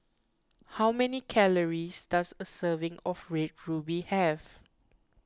how many calories does a serving of Red Ruby have